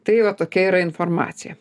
tai va tokia yra informacija